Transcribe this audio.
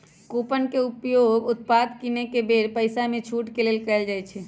coupon के उपयोग उत्पाद किनेके बेर पइसामे छूट के लेल कएल जाइ छइ